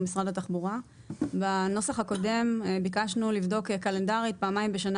בנוסח הקודם ביקשנו קלנדרית פעמיים בשנה